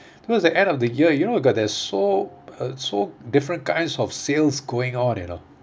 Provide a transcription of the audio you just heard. towards the end of the year you know got the so uh so different kinds of sales going on you know